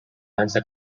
danza